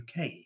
UK